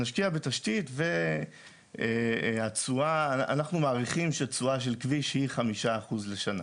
אז נשקיע בתשתית ואנחנו מעריכים שתשואה של כביש היא 5% לשנה.